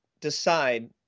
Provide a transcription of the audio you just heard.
decide